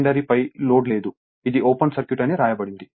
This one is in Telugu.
సెకండరీ పై లోడ్ లేదు ఇది ఓపెన్ సర్క్యూట్ అని వ్రాయబడింది